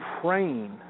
praying